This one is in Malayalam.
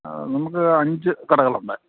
നമുക്ക് അഞ്ച് കടകളുണ്ട്